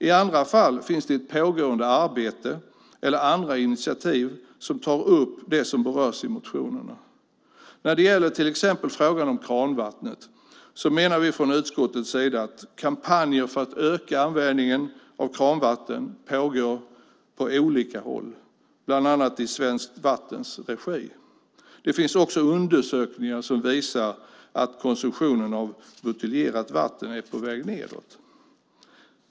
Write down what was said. I andra fall finns det ett pågående arbete eller andra initiativ där man tar upp det som berörs i motionerna. När det gäller till exempel frågan om kranvattnet menar vi från utskottets sida att kampanjer för att öka användningen av kranvatten pågår på olika håll, bland annat i Svenskt Vattens regi. Det finns också undersökningar som visar att konsumtionen av buteljerat vatten är på väg nedåt.